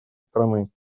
страны